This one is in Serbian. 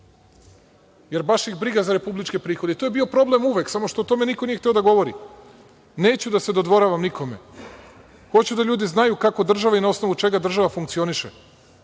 jer, baš ih briga za republičke prihode. To je bio problem uvek, samo što o tome niko nije hteo da govori. Neću da se dodvoravam nikome. Hoću da ljudi znaju kako država i na osnovu čega država funkcioniše.